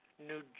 New